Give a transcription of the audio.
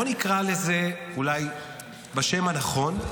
בוא נקרא לזה אולי בשם הנכון,